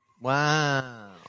Wow